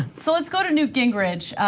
so let's go to newt gingrich,